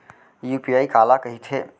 UPI काला कहिथे?